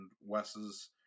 Wes's